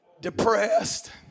Depressed